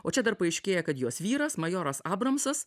o čia dar paaiškėja kad jos vyras majoras abramsas